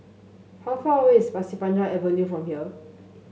how far away is Pasir Panjang Avenue from here